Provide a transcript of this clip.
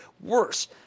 Worse